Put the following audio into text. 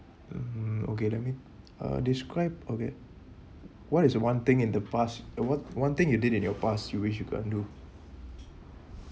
um okay let me uh describe okay what is one thing in the past uh what one thing you did in your past you wish you could undo